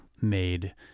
made